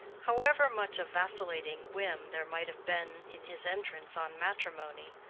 however much of vacillating whim there might have been in his entrance on matrimony,